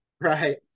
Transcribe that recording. Right